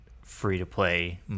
free-to-play